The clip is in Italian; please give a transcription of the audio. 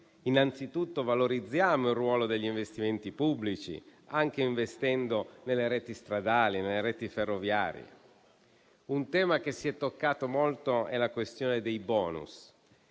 innanzitutto valorizziamo il ruolo degli investimenti pubblici, anche investendo nelle reti stradali e nelle reti ferroviarie. Un tema che si è toccato molto è la questione dei bonus.